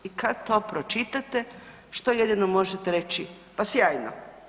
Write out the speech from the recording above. I kad to pročitate, što jedino možete reći, pa sjajno.